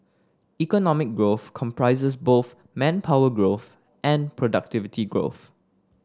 economic growth comprises both manpower growth and productivity growth